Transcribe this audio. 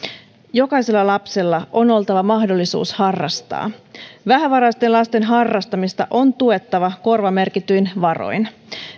jokaisella lapsella on oltava mahdollisuus harrastaa vähävaraisten lasten harrastamista on tuettava korvamerkityin varoin